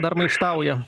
dar maištauja